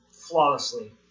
flawlessly